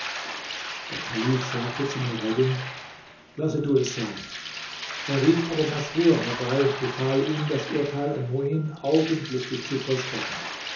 der kalif sagte zu nureddin lasse du es sein er rief aber masrur herbei und befahl ihm das urteil an muin augenblicklich zu vollstrecken